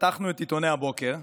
פתחנו את עיתוני הבוקר.